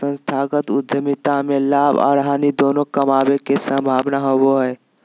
संस्थागत उद्यमिता में लाभ आर हानि दोनों कमाबे के संभावना होबो हय